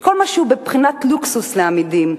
כל מה שהוא בבחינת לוקסוס לאמידים.